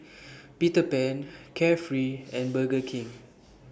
Peter Pan Carefree and Burger King